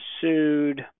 sued